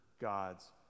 God's